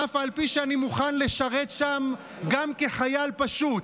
אף על פי שאני מוכן לשרת שם גם כחייל פשוט.